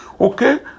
okay